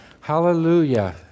Hallelujah